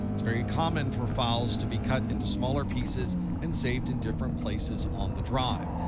it's very common for files to be cut into smaller pieces and saved in different places on the drive.